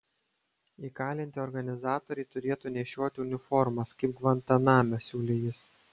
įkalinti organizatoriai turėtų nešioti uniformas kaip gvantaname siūlė jis